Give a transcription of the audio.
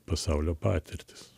pasaulio patirtis